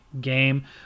game